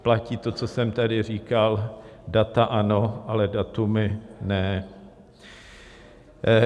Platí to, co jsem tady říkal: data ano, ale datumy ne.